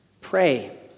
Pray